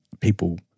people